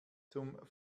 zum